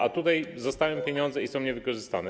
A tutaj zostały pieniądze i są niewykorzystane.